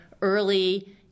early